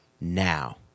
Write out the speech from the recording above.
now